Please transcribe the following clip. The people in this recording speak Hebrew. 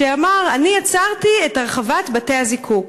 ואמר: אני עצרתי את הרחבת בתי-הזיקוק.